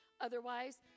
Otherwise